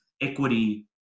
equity